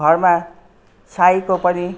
घरमा साईँको पनि